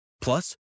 Plus